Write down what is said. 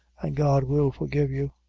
an' god will forgive you.